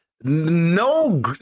No